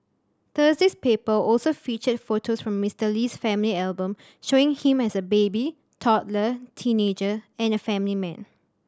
Thursday's paper also featured photos from Mister Lee's family album showing him as a baby toddler teenager and a family man